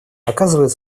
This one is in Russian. оказывает